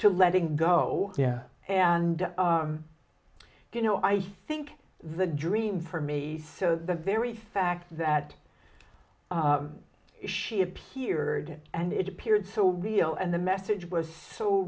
to letting go and you know i think the dream for me so the very fact that she appeared and it appeared so real and the message was so